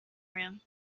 room